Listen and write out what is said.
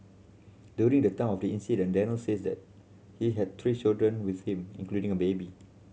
during the time of the incident Daniel says that he had three children with him including a baby